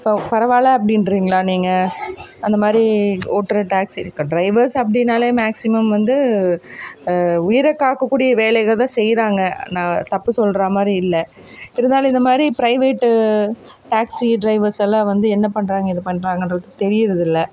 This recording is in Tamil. இப்போ பரவாயில்ல அப்படீன்றீங்களா நீங்கள் அந்தமாதிரி ஓட்டுற டேக்ஸி இருக்கு டிரைவர்ஸ் அப்படினாலே மேக்ஸிமம் வந்து உயிரை காக்கக்கூடிய வேலைகள் தான் செய்கிறாங்க நான் தப்பு சொல்கிறா மாதிரி இல்லை இருந்தாலும் இந்தமாதிரி பிரைவேட்டு டேக்ஸி டிரைவர்ஸ் எல்லாம் வந்து என்ன பண்ணுறாங்க இது பண்ணுறாங்கன்றது தெரியுறது இல்லை